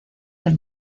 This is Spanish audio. del